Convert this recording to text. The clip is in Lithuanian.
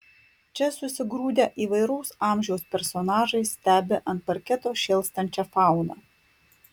čia susigrūdę įvairaus amžiaus personažai stebi ant parketo šėlstančią fauną